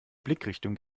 blickrichtung